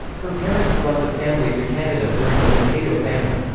her parents brought the family to canada during the potato famine.